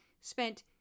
spent